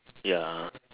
ya